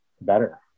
better